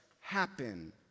happen